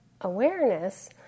awareness